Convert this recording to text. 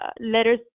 letters